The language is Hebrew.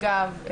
אגב,